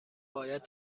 باید